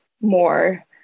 more